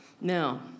Now